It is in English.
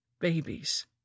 babies